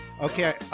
Okay